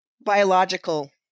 biological